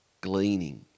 gleaning